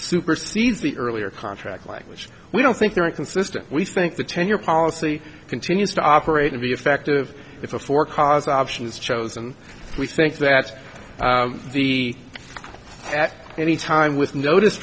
supersedes the earlier contract language we don't think they're inconsistent we think the tenure policy continues to operate and be effective for cars option is chosen we think that the at any time with notice